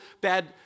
bad